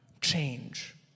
change